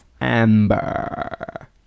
Amber